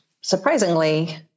surprisingly